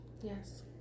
Yes